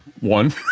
one